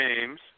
James